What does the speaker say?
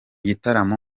gitaramo